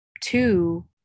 two